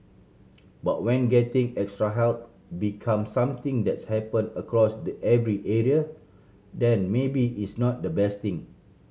but when getting extra help become something that's happen across the every area then maybe it's not the best thing